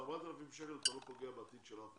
ב-4,000 שקלים, אתה לא פוגע בעתיד של אף אחד.